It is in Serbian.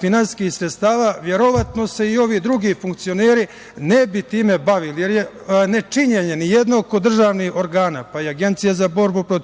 finansijskih sredstava, verovatno se i ovi drugi funkcioneri ne bi time bavili, jer je nečinjenje nijednog državnog organa, pa ni Agencije za borbu protiv